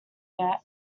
yet